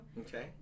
Okay